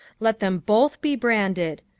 let them both be branded.